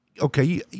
okay